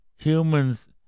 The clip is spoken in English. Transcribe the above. humans